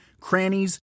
crannies